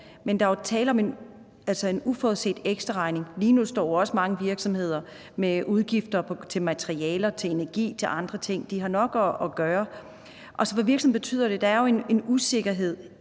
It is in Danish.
men der er jo tale om en uforudset ekstraregning. Lige nu står mange virksomheder jo også med udgifter til materialer, til energi og til andre ting. De har nok at gøre. For virksomheden betyder det, at der er en usikkerhed